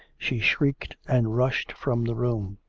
she shrieked and rushed from the room.